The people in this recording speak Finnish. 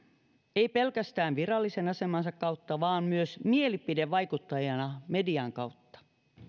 ei pelkästään virallisen asemansa kautta vaan myös mielipidevaikuttajana median kautta